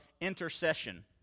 intercession